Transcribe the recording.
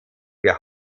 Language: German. für